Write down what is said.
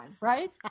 right